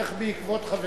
לך בעקבות חברך.